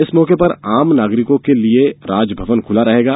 इस मौके पर आम नागरिकों के लिए राजभवन खुला रहेगा